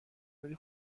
داری